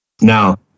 Now